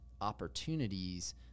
opportunities